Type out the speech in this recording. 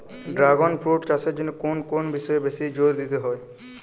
Dragon fruit চাষের জন্য কোন কোন বিষয়ে বেশি জোর দিতে হয়?